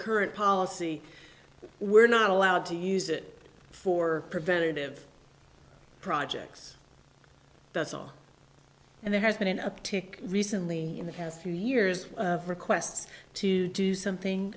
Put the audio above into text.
current policy we're not allowed to use it for preventative projects that's all and there has been an uptick recently in the past few years of requests to do something